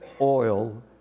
oil